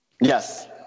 Yes